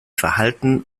verhalten